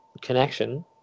connection